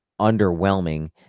underwhelming